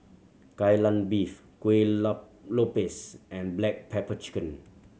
Kai Lan Beef kuih lopes and black pepper chicken